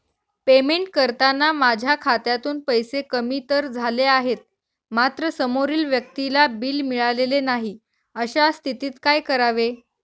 Payment करताना माझ्या खात्यातून पैसे कमी तर झाले आहेत मात्र समोरील व्यक्तीला बिल मिळालेले नाही, अशा स्थितीत काय करावे?